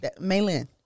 Maylin